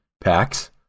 packs